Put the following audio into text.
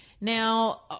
Now